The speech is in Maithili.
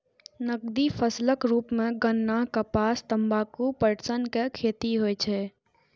नकदी फसलक रूप मे गन्ना, कपास, तंबाकू, पटसन के खेती होइ छै